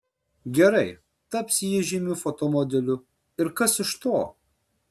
gerai taps ji žymiu fotomodeliu ir kas iš to